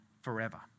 forever